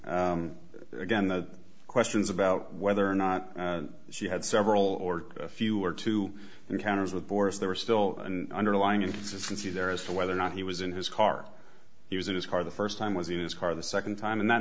again the questions about whether or not she had several or a few or two encounters with boris there were still underlying consistency there as to whether or not he was in his car he was in his car the first time was in his car the second time and that